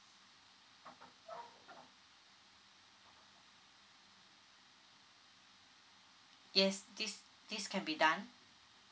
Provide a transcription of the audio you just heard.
yes this this can be done